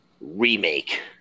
remake